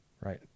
Right